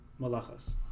malachas